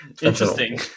Interesting